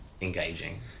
engaging